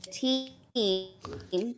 team